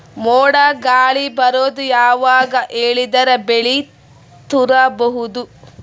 ಮೋಡ ಗಾಳಿ ಬರೋದು ಯಾವಾಗ ಹೇಳಿದರ ಬೆಳೆ ತುರಬಹುದು?